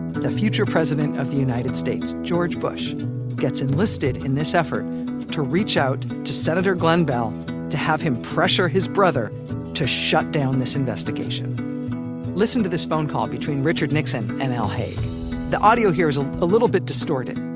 the future president of the united states george bush gets enlisted in this effort to reach out to senator glenn beall um to have him pressure his brother to shutdown this investigation listen to this phone call between richard nixon and al haig the audio here is a little bit distorted,